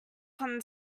from